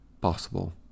possible